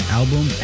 album